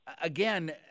again